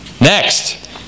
Next